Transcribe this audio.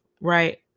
right